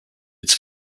its